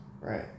Right